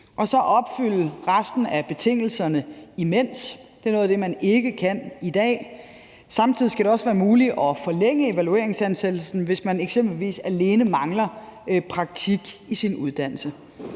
og så opfylde resten af betingelserne imens. Det er noget af det, man ikke kan i dag. Samtidig skal det også være muligt at forlænge evalueringsansættelsen, hvis man eksempelvis alene mangler praktik i sin uddannelse.